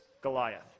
Goliath